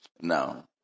Now